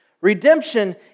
Redemption